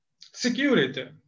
security